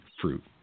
fruit